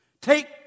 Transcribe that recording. take